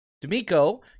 D'Amico